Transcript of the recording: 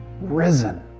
risen